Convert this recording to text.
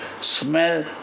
smell